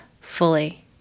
fully